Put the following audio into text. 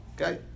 Okay